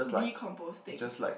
decompose things